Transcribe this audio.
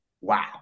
wow